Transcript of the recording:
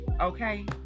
Okay